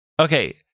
Okay